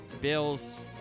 Bills